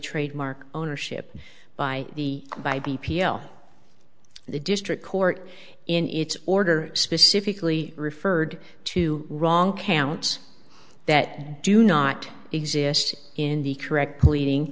trademark ownership by the by b p l the district court in its order specifically referred to wrong counts that do not exist in the correct pleading